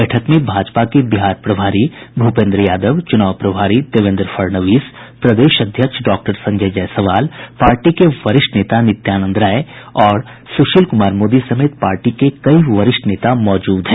बैठक में भाजपा के बिहार प्रभारी भूपेन्द्र यादव चुनाव प्रभारी देवेन्द्र फडणवीस प्रदेश अध्यक्ष डॉक्टर संजय जायसवाल पार्टी के वरिष्ठ नेता नित्यानंद राय और सुशील कुमार मोदी समेत पार्टी के कई वरिष्ठ नेता मौजूद हैं